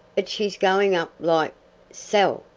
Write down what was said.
but she's going up like sell,